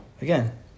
Again